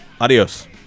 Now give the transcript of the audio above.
Adios